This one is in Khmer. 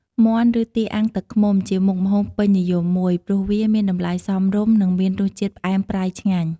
មាន់ឬទាអាំងទឹកឃ្មុំ ជាមុខម្ហូបពេញនិយមមួយ ព្រោះវាមានតម្លៃសមរម្យនិងមានរសជាតិផ្អែមប្រៃឆ្ងាញ់។